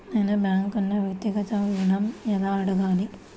నేను బ్యాంక్ను వ్యక్తిగత ఋణం ఎలా అడగాలి?